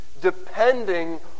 depending